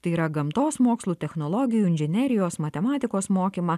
tai yra gamtos mokslų technologijų inžinerijos matematikos mokymą